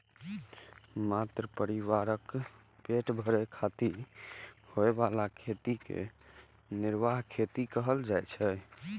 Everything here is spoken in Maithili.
मात्र परिवारक पेट भरै खातिर होइ बला खेती कें निर्वाह खेती कहल जाइ छै